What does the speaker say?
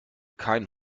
keinen